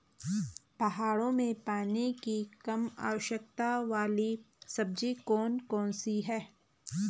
पहाड़ों में पानी की कम आवश्यकता वाली सब्जी कौन कौन सी हैं?